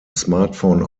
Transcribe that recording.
smartphone